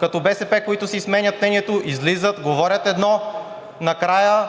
като БСП, които си сменят мнението – излизат, говорят едно, накрая